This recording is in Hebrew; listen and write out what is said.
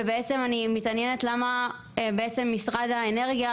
בעצם אני מתעניינת למה משרד האנרגיה,